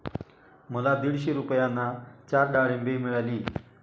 मला दीडशे रुपयांना चार डाळींबे मिळाली